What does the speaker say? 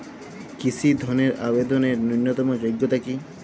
কৃষি ধনের আবেদনের ন্যূনতম যোগ্যতা কী?